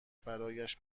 برایش